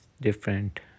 different